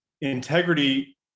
integrity